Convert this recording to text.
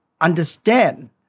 understand